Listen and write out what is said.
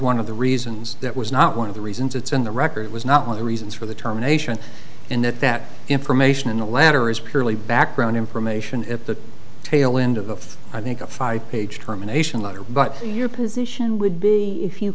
one of the reasons that was not one of the reasons it's in the record was not with the reasons for the terminations and that that information in the latter is purely background information at the tail end of i think a five page terminations letter but your position would be if you